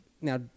now